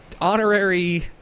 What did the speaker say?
honorary